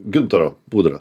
gintaro pudra